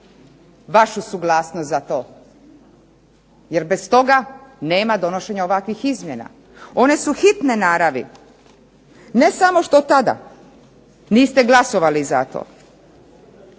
vašu suglasnost za to. Jer bez toga nema donošenja ovakvih izmjena. One su hitne naravi. Ne samo što tada niste glasovali zato.